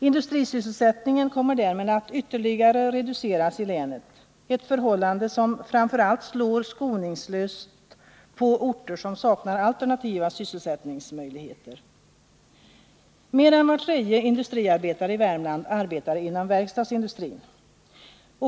Industrisysselsättningen kommer därmed att ytterligare reduceras i länet, ett förhållande som framför allt slår skoningslöst på orter som saknar alternativa sysselsättningsmöjligheter. Mer än var tredje industriarbetare i Värmland arbetar inom verkstadsindustrin.